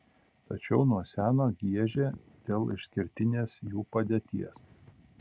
tačiau nuo seno giežė dėl išskirtinės jų padėties